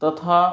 तथा